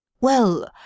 Well